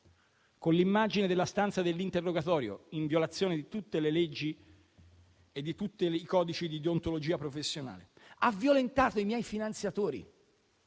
con l'immagine della stanza dell'interrogatorio, in violazione di tutte le leggi e di tutti i codici di deontologia professionale. Ha violentato i miei finanziatori